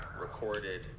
recorded